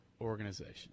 organization